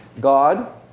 God